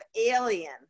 alien